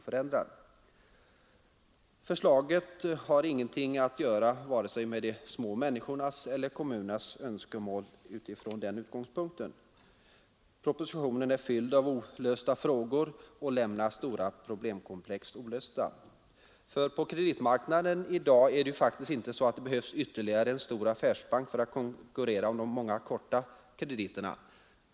Förslaget har ingenting att göra vare sig med de små människornas eller kommunernas önskemål utifrån den utgångspunkten. Propositionen är fylld av olösta frågor och lämnar stora problemkomplex ouppklarade. Det behövs faktiskt inte i dag ytterligare en stor affärsbank på kreditmarknaden för att konkurrera om de många korta krediterna.